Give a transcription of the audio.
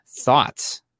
thoughts